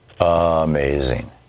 Amazing